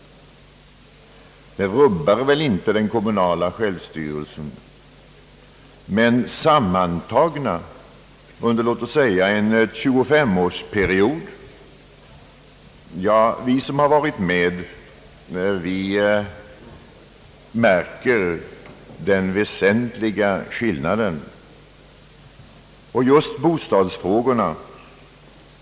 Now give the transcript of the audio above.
Ja, tagna var för sig rubbar väl inte ändringarna i den kommunala självstyrelsen, men sammantagna under låt oss säga en 25 årsperiod gör ändringarna det. Vi som varit med märker den väsentliga skillnaden.